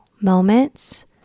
moments